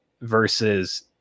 versus